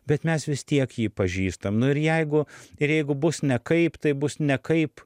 bet mes vis tiek jį pažįstam nu ir jeigu ir jeigu bus nekaip tai bus nekaip